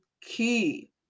key